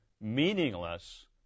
meaningless